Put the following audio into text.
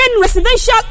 residential